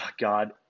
God